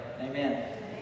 amen